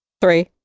Three